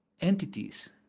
entities